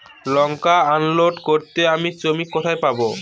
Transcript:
লঙ্কা unload করতে আমি শ্রমিক কোথায় পাবো?